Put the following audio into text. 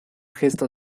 gesto